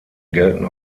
gelten